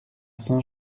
saint